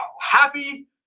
happy